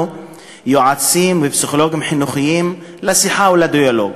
יועצים ופסיכולוגים חינוכיים לשיחה ולדיאלוג,